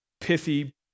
pithy